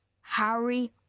harry